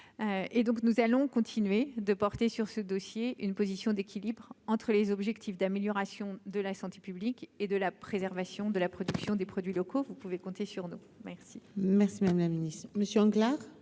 et donc nous allons continuer de porter sur ce dossier, une position d'équilibre entre les objectifs d'amélioration de la santé publique et de la préservation de la production des produits locaux, vous pouvez compter sur nous. Merci, merci, madame la Ministre, Monsieur Anglade,